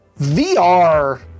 VR